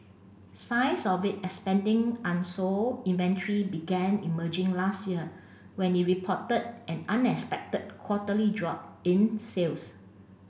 signs of its expanding unsold inventory began emerging last year when it reported an unexpected quarterly drop in sales